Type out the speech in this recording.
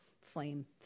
flame